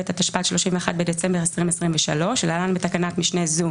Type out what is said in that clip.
התשפ"ד (31 בדצמבר 2023) (להלן בתקנת משנה זו